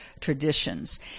traditions